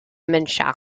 mishnah